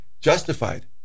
justified